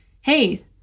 hey